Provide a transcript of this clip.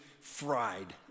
fried